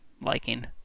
liking